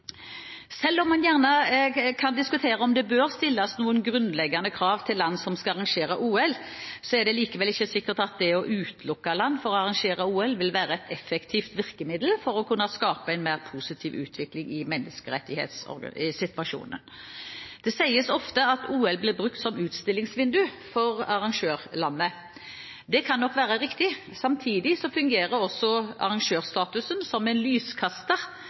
Selv om man gjerne kan diskutere om det bør stilles noen grunnleggende krav til land som skal arrangere OL, er det likevel ikke sikkert at det å utelukke land fra å arrangere OL vil være et effektivt virkemiddel for å kunne skape en mer positiv utvikling i menneskerettighetssituasjonen. Det sies ofte at OL blir brukt som utstillingsvindu for arrangørlandet. Det kan nok være riktig. Samtidig fungerer også arrangørstatusen som en lyskaster